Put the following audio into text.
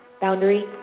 Boundary